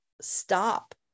stop